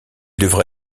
devra